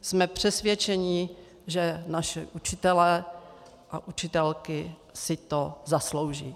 Jsme přesvědčení, že naši učitelé a učitelky si to zaslouží.